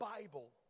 Bible